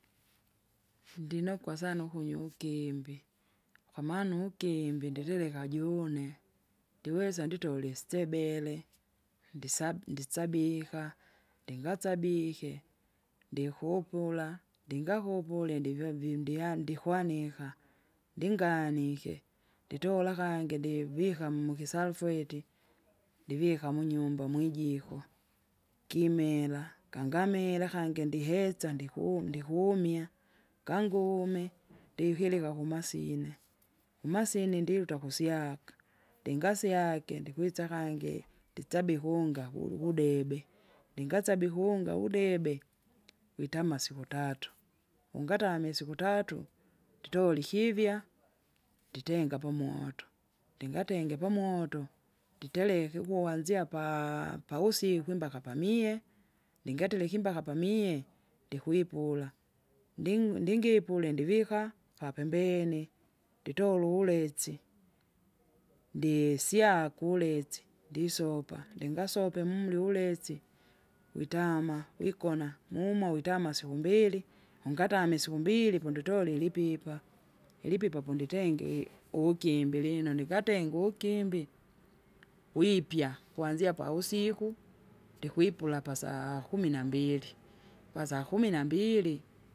ndinokwa sana ukunyu ugimbi kwamaana ugimbi ndilileka juune, ndiwesa nditole itsebele, ndisabu ndisabika, ndinasabike, ndikupula, ndingakupulye ndivya vindiandi ndikwanika, ndinganike nditola kangi ndivika mukisalufweti, ndivika munyumba mwijiko, kimera, kangamera kangi ndihetsa ndiku ndikumya, kangi uvume ndikirika kumasine, kumasine ndiruta kusyaka. ndngasyake ndikwisa kangi nditsabe ikunga kul- kudebe, ndikasebe kuwunga udebe, witama siku tatu, ungatamwe siku tatu, tutole ikivya nditenga apamoto, ndingatenge pamojo, nditereke ukuwanzia paa- pawusiku imbaka pamie, ndingatera ikimbaka pamie, ndikwipula, nding- ndingipule ndivika, papembene, Nditora uvuletsi, ndisyaku uletsi ndisopa, ndingasope mmuli uvulezi, witama wikona mumo witama siku mbili, ungatame isiku mbili konditore ilipipa. Ilipipa punditenge i- uwugimbi lino ndingatenga uwugimbi, wipya, kwanzia pavusiku, ndikwipila pa saa kumi nambili, pa saa kumi nambili!